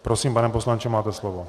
Prosím, pane poslanče, máte slovo.